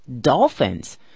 dolphins